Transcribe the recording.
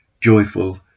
joyful